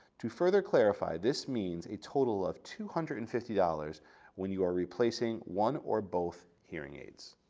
to further clarify, this means a total of two hundred and fifty dollars when you are replacing one or both hearing aids.